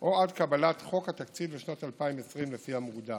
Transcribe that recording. או עד קבלת חוק התקציב לשנת 2020, לפי המוקדם.